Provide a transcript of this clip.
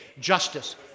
justice